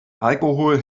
alkohol